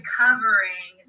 covering